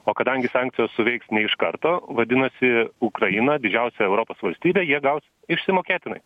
o kadangi sankcijos suveiks ne iš karto vadinasi ukrainą didžiausią europos valstybę jie gaus išsimokėtinai